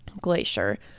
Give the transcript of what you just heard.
Glacier